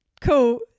Cool